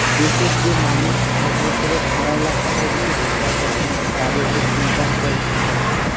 দেশের যে মানুষ এক বছরে আড়াই লাখ টাকার বেশি রোজগার করে, তাদেরকে ইনকাম ট্যাক্স দিতে হয়